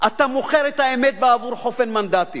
אתה מוכר את האמת בעבור חופן מנדטים.